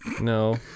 no